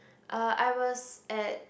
uh I was at